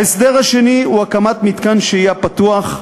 ההסדר השני הוא הקמת מתקן שהייה פתוח,